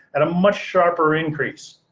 at a much sharper increase,